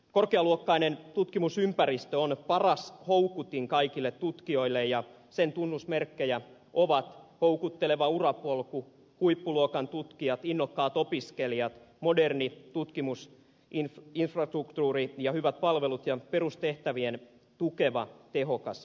korkealuokkainen tutkimusympäristö on paras houkutin kaikille tutkijoille ja sen tunnusmerkkejä ovat houkutteleva urapolku huippuluokan tutkijat innokkaat opiskelijat moderni tutkimusinfrastruktuuri ja hyvät palvelut ja perustehtäviä tukeva tehokas hallinto